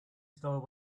stole